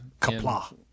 Kapla